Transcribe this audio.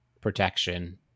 protection